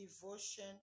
devotion